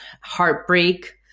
heartbreak